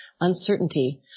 uncertainty